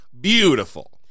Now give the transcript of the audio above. beautiful